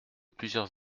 plusieurs